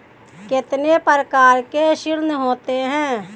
कितने प्रकार के ऋण होते हैं?